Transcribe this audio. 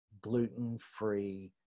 gluten-free